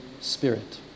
spirit